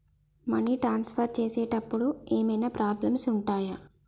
Money transfer చేసేటప్పుడు ఏమైనా problems ఉంటయా?